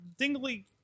dingly